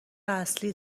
اصلی